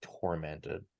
tormented